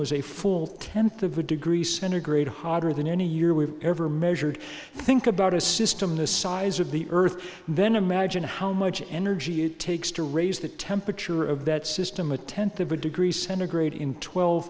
was a full tenth of a degree centigrade hotter than any year we've ever measured think about a system the size of the earth then imagine how much energy it takes to raise the temperature of that system a tenth of a degree centigrade in twelve